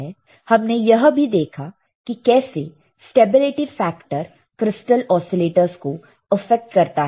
हमने यह भी देखा कि कैसे स्टेबिलिटी फैक्टर क्रिस्टल ओसीलेटरस को अफेक्ट करता है